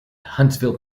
huntsville